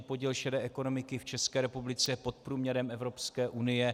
Podíl šedé ekonomiky v České republice je pod průměrem Evropské unie.